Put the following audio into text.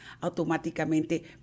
Automáticamente